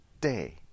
day